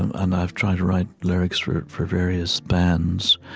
and and i've tried to write lyrics for for various bands.